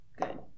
Good